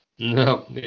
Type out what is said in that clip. No